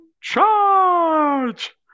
charge